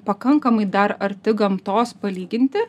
pakankamai dar arti gamtos palyginti